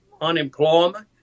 unemployment